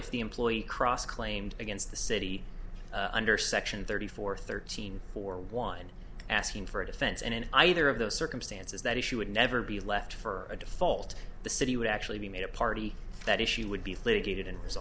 if the employee crossed claimed against the city under section thirty four thirteen for one asking for a defense and in either of those circumstances that issue would never be left for a default the city would actually be made a party that issue would be